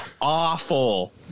Awful